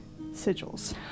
sigils